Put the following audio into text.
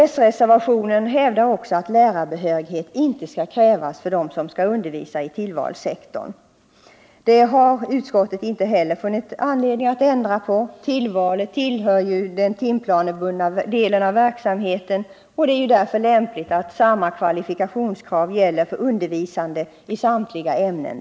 S-reservationen hävdar också att lärarbehörighet inte skall krävas för dem som skall undervisa i tillvalssektorn. Utskottet har inte funnit anledning att ändra på detta. Tillvalet tillhör ju den timplanebundna delen av verksamheten, och det är därför lämpligt att samma kvalifikationskrav gäller för undervisande i samtliga ämnen.